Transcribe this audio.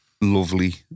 lovely